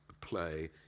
play